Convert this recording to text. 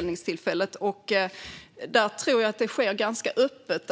Jag tror att handeln med plastbärkassar sker ganska öppet.